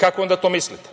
Kako onda mislite,